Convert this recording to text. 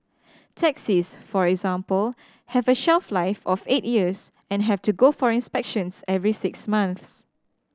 taxis for example have a shelf life of eight years and have to go for inspections every six months